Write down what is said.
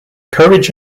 courage